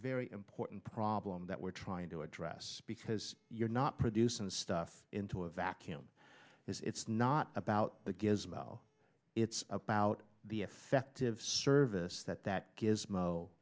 very important problem that we're trying to address because you're not producing the stuff into a vacuum it's not about the gives about it's about the effective service that that gives mo